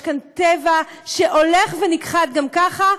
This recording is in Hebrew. יש כאן טבע שהולך ונכחד גם ככה,